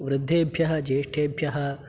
वृद्धेभ्यः ज्येष्ठेभ्यः